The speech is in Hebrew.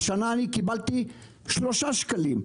השנה אני קיבלתי 3 שקלים,